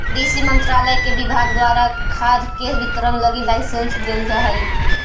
कृषि मंत्रालय के विभाग द्वारा खाद के वितरण लगी लाइसेंस देल जा हइ